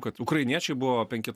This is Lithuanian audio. kad ukrainiečiai buvo penke